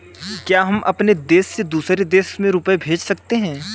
क्या हम अपने देश से दूसरे देश में रुपये भेज सकते हैं?